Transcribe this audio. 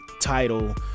title